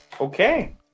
Okay